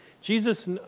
Jesus